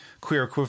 queer